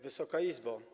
Wysoka Izbo!